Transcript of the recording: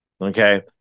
okay